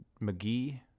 mcgee